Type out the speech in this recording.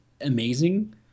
amazing